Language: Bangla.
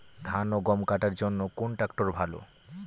ধান ও গম কাটার জন্য কোন ট্র্যাক্টর ভালো?